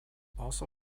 also